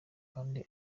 kandi